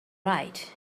right